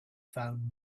found